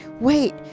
Wait